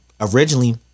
originally